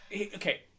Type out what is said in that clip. okay